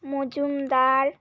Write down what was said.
Majumdar